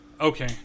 Okay